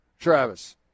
Travis